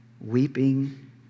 weeping